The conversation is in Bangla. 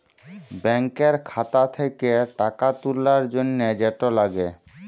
ব্যাংকের খাতা থ্যাকে টাকা তুলার জ্যনহে যেট লাগে